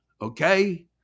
Okay